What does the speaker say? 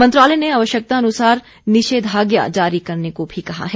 मंत्रालय ने आवश्यकतानुसार निषेधाज्ञा जारी करने को भी कहा है